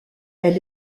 elle